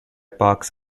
parks